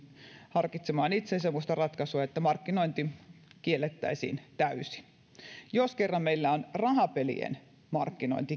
harkitsemaan myöskin semmoista ratkaisua että markkinointi kiellettäisiin täysin jos kerran meillä on rahapelien markkinointi